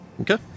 Okay